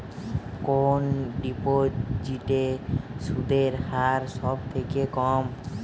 কোন ডিপোজিটে সুদের হার সবথেকে কম?